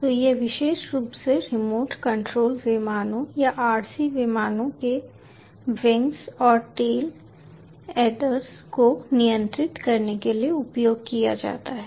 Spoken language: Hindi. तो यह विशेष रूप से रिमोट कंट्रोल विमानों या RC विमानों के विंग्स और टेल एडर्स को नियंत्रित करने के लिए उपयोग किया जाता है